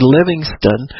Livingston